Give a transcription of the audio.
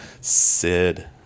Sid